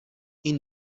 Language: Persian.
این